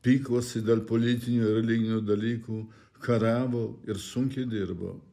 pykosi dėl politinių religinių dalykų kariavo ir sunkiai dirbo